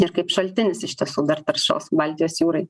ir kaip šaltinis iš tiesų dar taršos baltijos jūrai